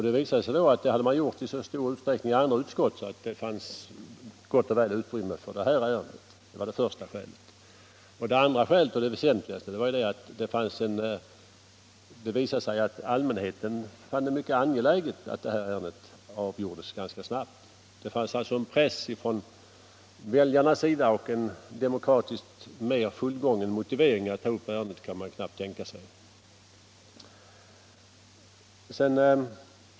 Det visade sig då att man hade gjort detta i så stor utsträckning i andra utskott att det gott och väl fanns utrymme för det här ärendet. Det var det första skälet. För det andra, och det var det väsentligaste, visade det sig att allmänheten fann det mycket angeläget att ärendet avgjordes ganska snabbt. Det fanns alltså en press från väljarnas sida, och en demokratiskt mer fullgången motivering för att ta upp ärendet kan man knappast tänka sig.